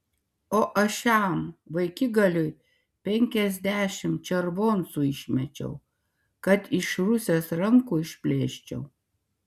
o aš šiam vaikigaliui penkiasdešimt červoncų išmečiau kad iš rusės rankų išplėščiau